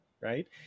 right